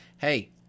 Hey